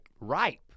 ripe